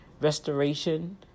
restoration